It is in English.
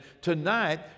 tonight